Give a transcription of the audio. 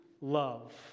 love